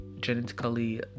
genetically